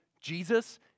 Jesus